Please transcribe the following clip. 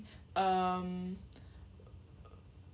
um